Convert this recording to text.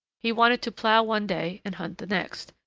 he wanted to plough one day and hunt the next,